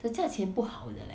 的价钱不好的 leh